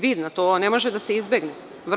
Vidna, to ne može da se izbegne.